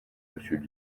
monsieur